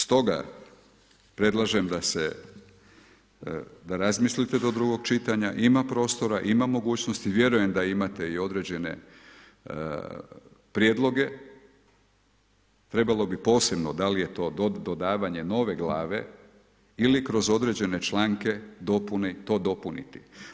Stoga, predlažem da razmislite do drugog čitanja, ima prostora, ima mogućnosti, vjerujem da imate i određene prijedloge, trebalo bi posebno, da li je to dodavanje nove glave ili kroz određene članke, dopune i to dopuniti.